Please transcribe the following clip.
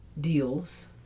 deals